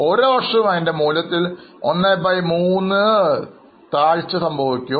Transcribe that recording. ഓരോ വർഷവും അതിൻറെ മൂല്യത്തിൽ 13 കുറവ് സംഭവിക്കും